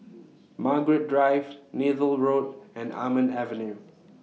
Margaret Drive Neythal Road and Almond Avenue